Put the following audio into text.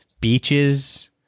beaches